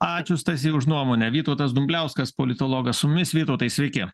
ačiū stasy už nuomonę vytautas dumbliauskas politologas su mumis vytautai sveiki